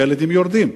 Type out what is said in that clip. כשהילדים יורדים,